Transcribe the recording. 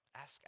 ask